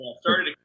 started